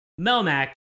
Melmac